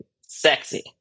sexy